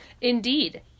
indeed